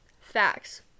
Facts